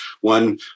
One